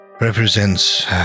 represents